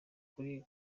kuri